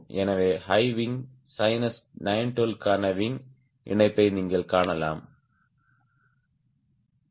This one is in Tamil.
எனவே ஹை விங் சைனஸ் 912 க்கான விங் இணைப்பை நீங்கள் காணலாம்